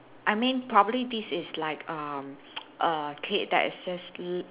I mean probably this is like err err kid that is just l~